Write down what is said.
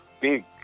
Big